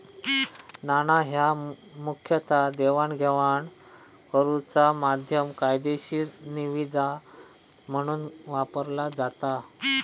नाणा ह्या मुखतः देवाणघेवाण करुचा माध्यम, कायदेशीर निविदा म्हणून वापरला जाता